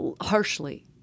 Harshly